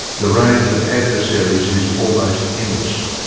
the range of adversaries is almost endless.